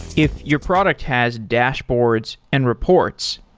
if your product has dashboards and reports,